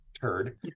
turd